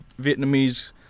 Vietnamese